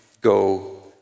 go